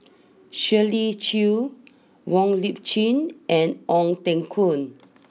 Shirley Chew Wong Lip Chin and Ong Teng Koon